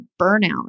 burnout